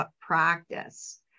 practice